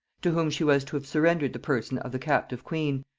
to whom she was to have surrendered the person of the captive queen,